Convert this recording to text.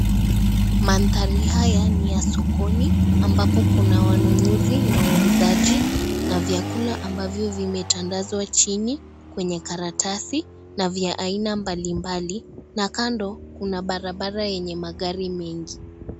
Manthari haya ni ya sokoni ambapo kuna wanunusi na wauzaji, na vyakula ambavyo vimetandazwa chini kwenye karatasi na vya aina mbalimbali na kando kuna barabara yenye magari mengi.